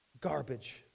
garbage